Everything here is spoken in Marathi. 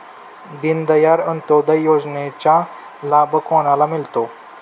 दीनदयाल अंत्योदय योजनेचा लाभ कोणाला मिळतो?